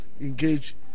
engage